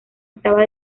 estaba